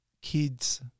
kids